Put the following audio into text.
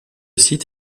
site